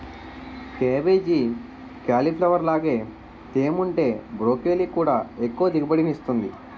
cabbage, cauliflower లాగే తేముంటే broccoli కూడా ఎక్కువ దిగుబడినిస్తుంది